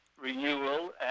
renewal